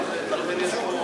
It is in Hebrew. יש פה,